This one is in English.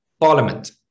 Parliament